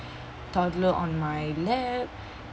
toddler on my lap